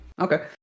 okay